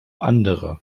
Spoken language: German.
andere